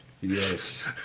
Yes